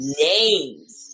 names